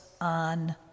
on